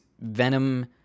venom